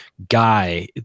guy